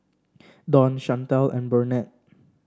Don Shantell and Burnett